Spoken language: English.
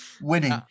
winning